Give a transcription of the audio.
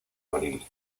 abril